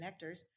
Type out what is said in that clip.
connectors